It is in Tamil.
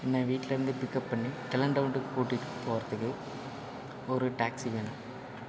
என்னை வீட்டிலேர்ந்து பிக் அப் பண்ணி டெலன் டவுனுக்கு கூட்டிட்டு போகிறதுக்கு ஒரு டாக்ஸி வேணும்